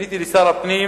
פניתי אל שר הפנים